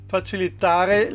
Facilitare